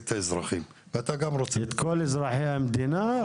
את האזרחים --- את כל אזרחי המדינה,